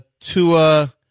Tua